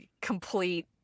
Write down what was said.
complete